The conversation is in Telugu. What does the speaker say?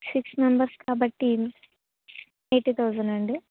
సిక్స్ మెంబర్స్ కాబట్టి ఎయిటి థౌజండ్ అండి